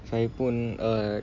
saya pun uh